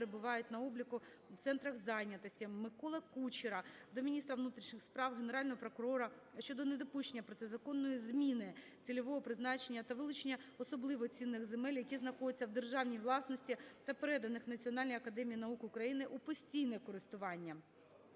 перебувають на обліку в центрах зайнятості. Миколи Кучера до міністра внутрішніх справ, Генерального прокурора щодо недопущення протизаконної зміни цільового призначення та вилучення особливо цінних земель, які знаходяться в державній власності та переданих Національній академії наук України у постійне користування.